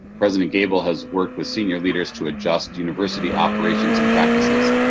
president gabel has worked with senior leaders to adjust university operations and practices.